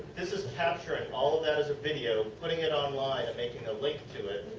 this is capturing all of that as a video, putting it online, and making ah link to it.